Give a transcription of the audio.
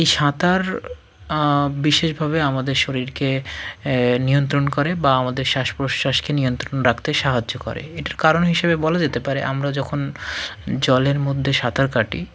এই সাঁতার বিশেষভাবে আমাদের শরীরকে নিয়ন্ত্রণ করে বা আমাদের শ্বাস প্রশ্বাসকে নিয়ন্ত্রণ রাখতে সাহায্য করে এটার কারণ হিসাবে বলা যেতে পারে আমরা যখন জলের মধ্যে সাঁতার কাটি